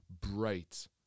bright